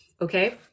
okay